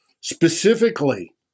specifically